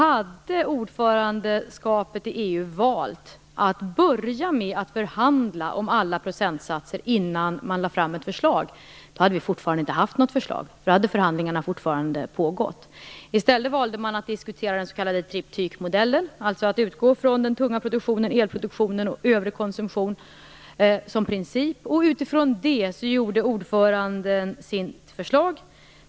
Om ordförandeskapet i EU hade valt att börja med att förhandla om alla procentsatser innan man lade fram ett förslag hade vi fortfarande inte haft något förslag. Då hade förhandlingarna fortfarande pågått. I stället valde man att diskutera den s.k. triptykmodellen, dvs. att man skall utgå från den tunga produktionen, elproduktionen och övrig konsumtion som princip. Utifrån detta utformade ordföranden sitt förslag.